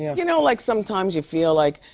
yeah you know, like, sometimes you feel like,